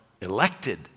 elected